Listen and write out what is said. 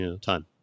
time